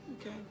Okay